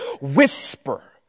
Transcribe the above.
whisper